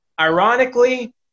ironically